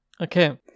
Okay